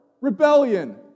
rebellion